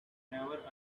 never